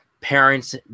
parents